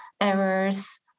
errors